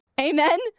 Amen